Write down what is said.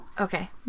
Okay